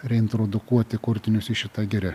reintrodukuoti kurtinius į šitą girią